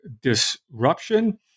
disruption